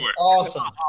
awesome